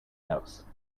house